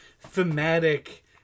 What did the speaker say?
thematic